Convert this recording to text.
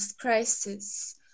crisis